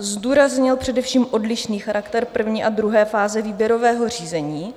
Zdůraznil především odlišný charakter první a druhé fáze výběrového řízení.